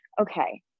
okay